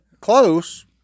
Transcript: Close